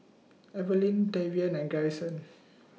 Evaline Tavion and Garrison